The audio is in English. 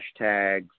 hashtags